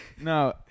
No